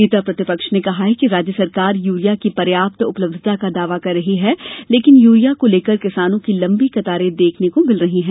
नेता प्रतिपक्ष ने कहा कि राज्य सरकार यूरिया की पर्याप्त उपलब्धता का दावा कर रही है लेकिन यूरिया को लेकर किसानों की लम्बी कतारें देखने का मिल रही है